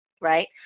right